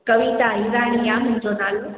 कविता हीरानी आहे मुंहिंजो नालो